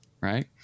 right